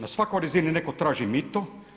Na svakoj razini netko traži mito.